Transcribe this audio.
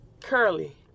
curly